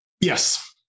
Yes